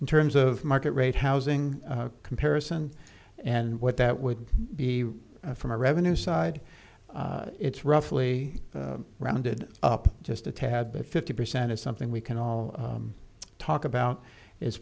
in terms of market rate housing comparison and what that would be from a revenue side it's roughly rounded up just a tad bit fifty percent is something we can all talk about is